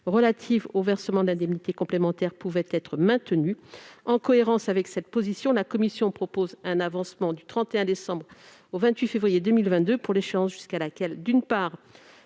relatives au versement de l'indemnité complémentaire pouvaient être maintenues. En cohérence avec cette position, la commission propose d'avancer du 31 décembre 2022 au 28 février 2022 l'échéance jusqu'à laquelle, d'une part,